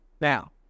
Now